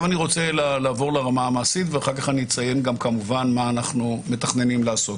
אני רוצה לשלוח מפה אליהם גם ברכה וגם תודה על העבודה הנפלאה שהם עושים.